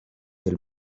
del